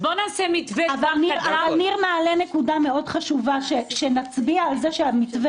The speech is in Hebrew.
אבל ניר מעלה נקודה מאוד חשובה שנצביע על כך שהמתווה